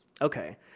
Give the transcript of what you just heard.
Okay